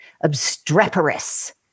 obstreperous